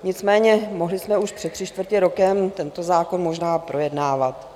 Nicméně mohli jsme už před tři čtvrtě rokem tento zákon možná projednávat.